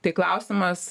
tai klausimas